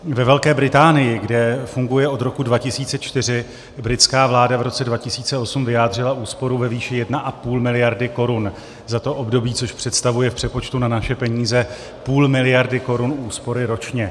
Ve Velké Británii, kde funguje od roku 2004, britská vláda v roce 2008 vyjádřila úsporu ve výši 1,5 miliardy korun za to období, což představuje v přepočtu na naše peníze půl miliardy korun úspory ročně.